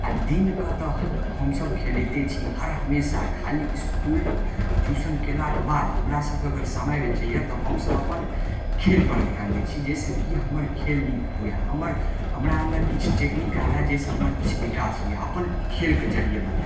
आओर दिनकऽ तऽ हमसब खेलैते छी हर हमेशा खाली इसकुल ट्यूशन कयलाके बाद हमरा सबके अगर समय बचैये तऽ हमसब अपन खेलपर ध्यान दै छी जैसेकि हमर खेल नीक हुए हमर हमरा अन्दर किछु टेक्नीक आबय जैसे हमर किछु विकास हुए अप्पन खेलके जरिये बताके